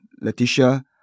Letitia